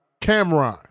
Cameron